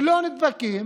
לא נדבקים